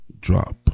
drop